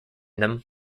them